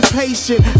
patient